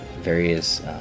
various